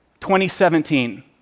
2017